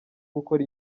gukora